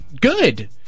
good